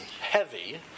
heavy